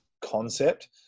concept